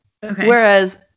Whereas